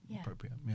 appropriate